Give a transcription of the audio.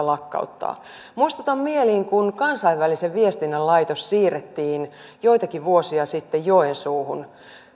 lakkauttaa muistutan mieliin kuinka kansainvälisen viestinnän laitos siirrettiin joitakin vuosia sitten joensuuhun